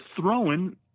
throwing